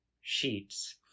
sheets